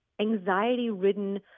anxiety-ridden